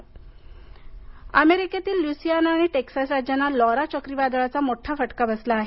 Trump वादळ अमेरिकेतील Louisiana आणि टेक्सास राज्यांना लॉरा चक्रीवादळाचा मोठा फटका बसला आहे